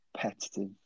competitive